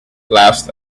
less